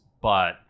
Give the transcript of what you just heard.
but-